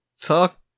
talk